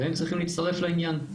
והם צריכים להצטרף לעניין.